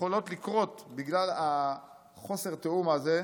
יכולות לקרות בגלל חוסר התיאום הזה.